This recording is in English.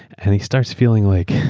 and he starts feeling like,